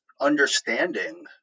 understanding